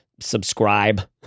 subscribe